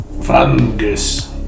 fungus